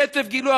קצף גילוח,